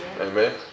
Amen